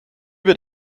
wird